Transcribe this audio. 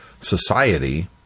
society